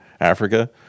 Africa